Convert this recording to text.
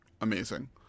amazing